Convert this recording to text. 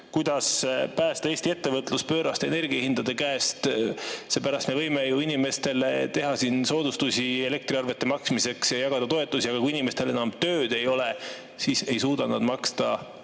kuidas päästa Eesti ettevõtlus pööraste energiahindade käest. Me võime ju inimestele teha soodustusi elektriarvete maksmiseks ja jagada toetusi, aga kui inimestel enam tööd ei ole, siis ei suuda nad maksta